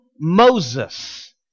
Moses